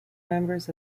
members